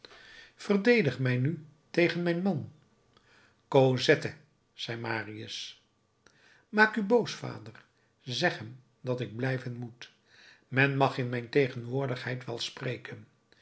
verdedig mij nu tegen mijn man cosette zei marius maak u boos vader zeg hem dat ik blijven moet men mag in mijn tegenwoordigheid wel spreken